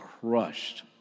crushed